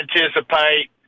anticipate